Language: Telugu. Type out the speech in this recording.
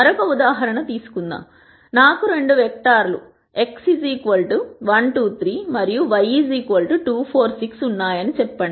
మరొక ఉదాహరణ తీసుకుందాం నాకు 2 వెక్టర్స్ X 1 2 3 T మరియు Y 2 4 6 ఉన్నాయని చెప్పండి